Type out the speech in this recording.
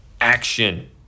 action